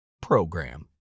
PROGRAM